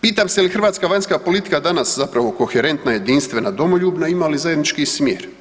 Pitam se je li hrvatska vanjska politika danas zapravo koherentna, jedinstvena, domoljubna i ima li zajednički smjer?